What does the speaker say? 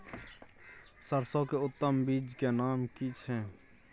सरसो के उत्तम बीज के नाम की छै?